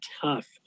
tough